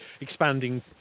expanding